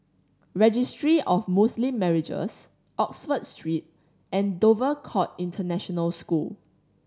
Registry of Muslim Marriages Oxford Street and Dover Court International School